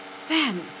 Sven